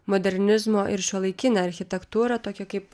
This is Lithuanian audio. modernizmo ir šiuolaikinę architektūrą tokia kaip